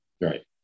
right